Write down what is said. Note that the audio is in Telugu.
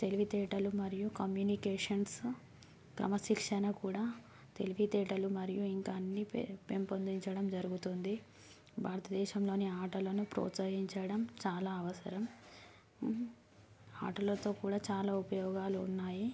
తెలివితేటలు మరియు కమ్యూనికేషన్స్ క్రమశిక్షణ కూడా తెలివితేటలు మరియు ఇంకా అన్నీ పే పెంపొందించడం జరుగుతుంది భారతదేశంలోని ఆటలను ప్రోత్సహించడం చాలా అవసరం ఆటలతో కూడా చాలా ఉపయోగాలున్నాయి